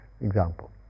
example